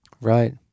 Right